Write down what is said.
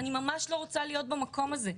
אני ממש לא רוצה להיות במקום הזה.